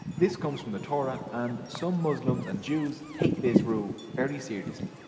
this comes from the torah. and some muslims and jews take this rule very seriously.